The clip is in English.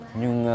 nhưng